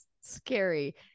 scary